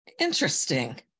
Interesting